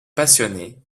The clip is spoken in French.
passionné